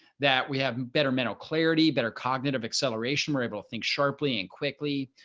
that we have better mental clarity, better cognitive acceleration, were able to think sharply and quickly.